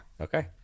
Okay